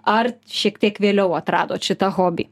ar šiek tiek vėliau atradot šitą hobį